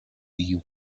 you